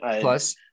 Plus